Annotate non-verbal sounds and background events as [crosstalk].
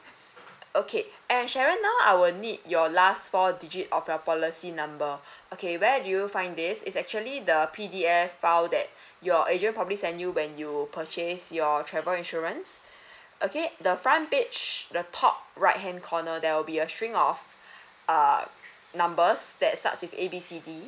okay and sharon now I will need your last four digit of your policy number [breath] okay where do you find this it's actually the P_D_F file that [breath] your agent probably sent you when you purchased your travel insurance [breath] okay the front page the top right hand corner there will be a string of [breath] uh numbers that starts with A B C D